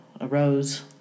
arose